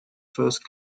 first